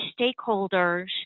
stakeholders